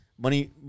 money